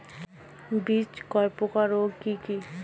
বীজ কয় প্রকার ও কি কি?